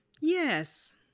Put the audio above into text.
yes